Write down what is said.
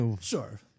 Sure